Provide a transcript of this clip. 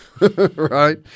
Right